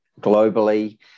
globally